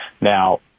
Now